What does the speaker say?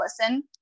listen